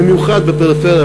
במיוחד בפריפריה,